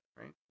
right